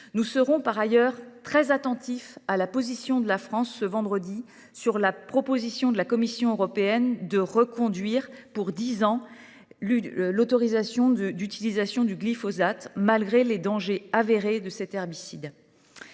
Nous serons par ailleurs très attentifs à la position qu’adoptera la France vendredi prochain concernant la proposition de la Commission européenne de reconduire pour dix ans l’autorisation d’utilisation du glyphosate, malgré les dangers avérés de cet herbicide.